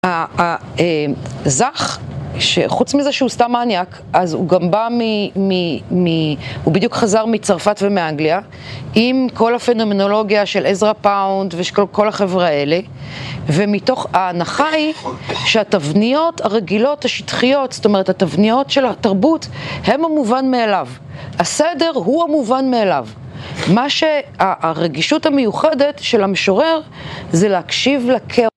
הזך, חוץ מזה שהוא סתם מניאק, אז הוא גם בא ממי, הוא בדיוק חזר מצרפת ומאנגליה עם כל הפנומנולוגיה של עזרה פאונד וכל החברה האלה ומתוך ההנחה היא שהתבניות הרגילות השטחיות, זאת אומרת התבניות של התרבות הם המובן מאליו, הסדר הוא המובן מאליו מה שהרגישות המיוחדת של המשורר זה להקשיב לקר